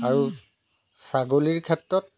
আৰু ছাগলীৰ ক্ষেত্ৰত